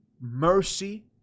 mercy